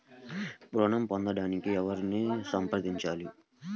ఋణం పొందటానికి ఎవరిని సంప్రదించాలి?